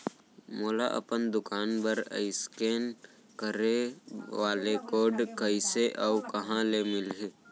मोला अपन दुकान बर इसकेन करे वाले कोड कइसे अऊ कहाँ ले मिलही?